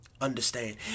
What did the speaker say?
Understand